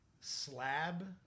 slab